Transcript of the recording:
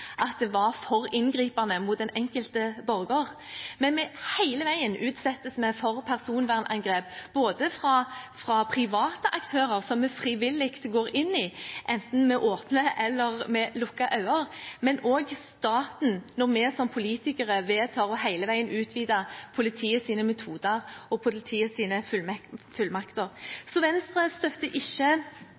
fordi det var for inngripende mot den enkelte borger. Vi er hele veien utsatt for personvernangrep, både fra private aktører som vi frivillig går inn i, enten med åpne eller lukkede øyne, og fra staten når vi som politikere vedtar hele veien å utvide politiets metoder og fullmakter. Venstre støtter ikke